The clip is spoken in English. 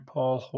Paul